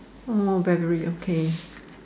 one more battery okay